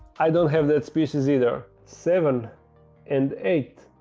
i don't have that species either. seven and eight,